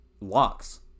Locks